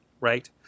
Right